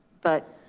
but.